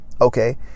Okay